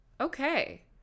Okay